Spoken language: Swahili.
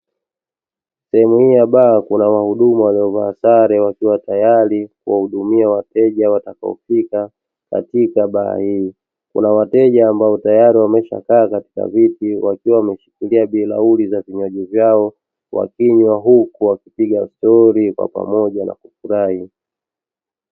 Sehemu hii ya baa, kuna wahudumu waliovaa sare wakiwa tayari kuwahudumia wateja watakaofika katika baa hii. Kuna wateja ambao tayari wameshakaa katika viti, wakiwa wameshikilia bilauli za vinywaji vyao wakinywa, huku wakipiga stori kwa pamoja na kufurahi.